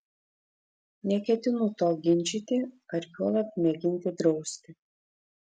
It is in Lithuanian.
neketinu to ginčyti ar juolab mėginti drausti